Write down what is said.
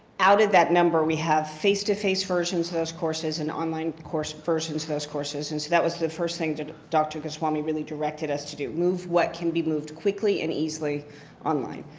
out of that number, we have face-to-face versions of the courses and online course versions of those courses. and so that was the first thing that dr. goswami really directed us to do. move what can be moved quickly and easily online.